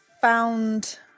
found